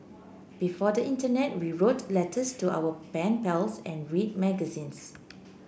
before the internet we wrote letters to our ben pals and read magazines